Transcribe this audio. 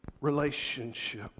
relationship